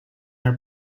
her